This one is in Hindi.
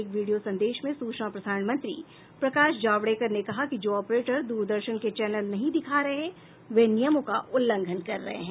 एक वीडियो संदेश में सूचना और प्रसारण मंत्री प्रकाश जावड़ेकर ने कहा कि जो ऑपरेटर दूरदर्शन के चैनल नहीं दिखा रहे हैं वे नियमों का उल्लंघन कर रहे हैं